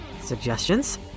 Suggestions